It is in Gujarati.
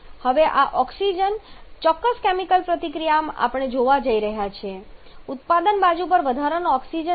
હવે આ ચોક્કસ કેમિકલ પ્રતિક્રિયામાં આપણે જોઈ રહ્યા છીએ કે ઉત્પાદન બાજુ પર વધારાનો ઓક્સિજન હાજર છે